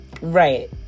Right